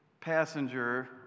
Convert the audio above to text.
passenger